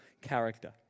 character